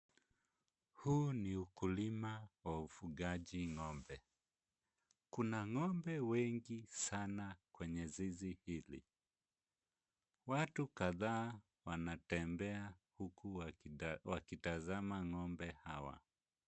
Huu ni ukulima wa ufugaji ng'ombe. Kuna ng'ombe wengi sana kwenye zizi hizi. Watu kadhaa wanatembea huku wakitazama ng'ombe hawa.